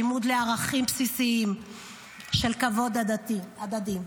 לימוד ערכים בסיסיים של כבוד הדדי.